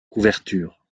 couverture